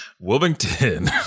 Wilmington